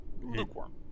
lukewarm